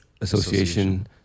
association